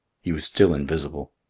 he was still invisible.